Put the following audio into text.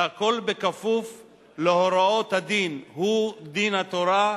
והכול בכפוף להוראות הדין, הוא דין התורה,